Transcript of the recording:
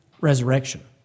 resurrection